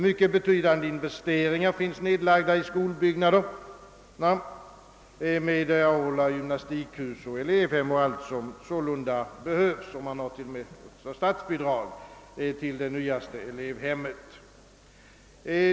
Mycket betydande investeringar finns nedlagda i skolbyggnaderna — med aula, gymnastikhus, elevhem och allt som behövs. Man har t.o.m. fått statsbidrag till det nyaste elevhemmet.